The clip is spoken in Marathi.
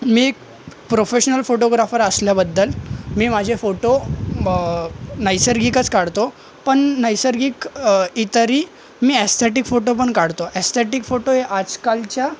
मी प्रोफेशनल फोटोग्राफर असल्याबद्दल मी माझे फोटो नैसर्गिकच काढतो पण नैसर्गिक इतरी मी अस्थेटीक फोटो पण काढतो अस्थेटीक फोटो हे आजकालच्या